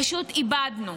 פשוט איבדנו.